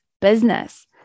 business